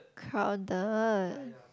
crowded